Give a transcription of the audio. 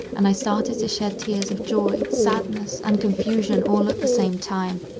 and i started to shed tears of joy, sadness, and confusion all at the same time.